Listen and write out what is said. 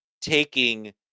taking